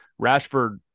Rashford